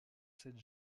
cette